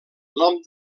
nom